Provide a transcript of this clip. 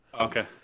Okay